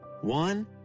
One